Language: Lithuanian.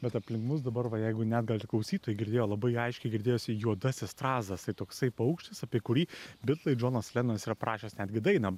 bet aplink mus dabar va jeigu net gal ir klausytojai girdėjo labai aiškiai girdėjosi juodasis strazdas tai toksai paukštis apie kurį bitlai džonas lenonas yra prašęs netgi dainą